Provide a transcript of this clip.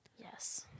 Yes